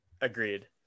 agreed